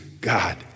God